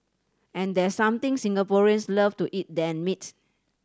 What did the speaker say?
and there something Singaporeans love to eat than meat